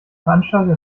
veranstalter